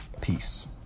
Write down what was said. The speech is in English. Peace